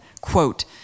quote